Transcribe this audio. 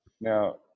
Now